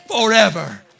forever